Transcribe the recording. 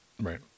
Right